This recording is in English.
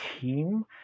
team